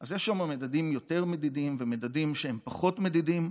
אז יש שם מדדים יותר מדידים ומדדים שהם פחות מדידים.